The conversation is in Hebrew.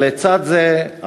ולצד זה,